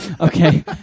Okay